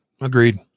Agreed